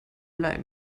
blei